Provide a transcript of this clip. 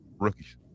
rookies